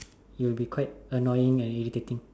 it will be quite annoying and irritating